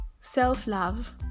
self-love